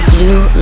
Blue